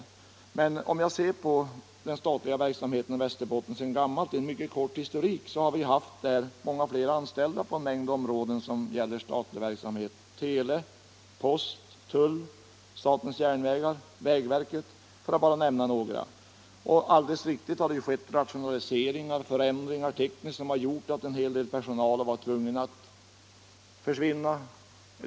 Om vi ser tillbaka på den statliga verksamheten i Västerbotten finner vi att där har funnits många fler anställda än nu på en mängd områden för statlig verksamhet — tele, post, tull, SJ, vägverket, för att bara nämna några. Det har skett rationaliseringar — och det är ju i och för sig alldeles riktigt — som medfört att en hel del personal blivit överflödig.